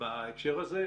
בהקשר הזה,